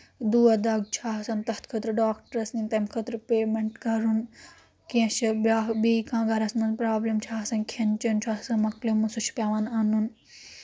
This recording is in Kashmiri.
دوٗد دَگ چھُ آسَان تَتھ خٲطرٕ ڈاکٹرس نِنۍ تَمہِ خٲطرٕ پیٹمؠنٛٹ کَرُن کینٛہہ چھُ بیاکھ بیٚیہِ کانٛہہ گَرَس منٛز پرابلِم چھِ آسان کھؠن چؠن چھُ آسَان مۄکلیومُت سُہ چھُ پؠوان اَنُن